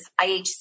IHC